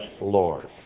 Lord